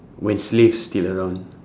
when slaves still around